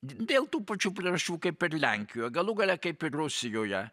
dėl tų pačių priežasčių kaip ir lenkijoj galų gale kaip ir rusijoje